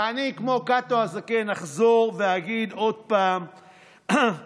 ואני, כמו קאטו הזקן, אחזור ואגיד עוד פעם שהממשלה